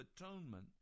atonement